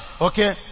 Okay